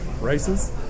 races